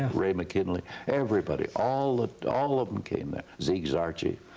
and ray mckinley, everybody, all all of them came there. zeke zarchy,